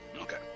okay